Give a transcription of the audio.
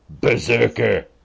Berserker